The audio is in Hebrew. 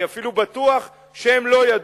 אני אפילו בטוח שהם לא ידעו.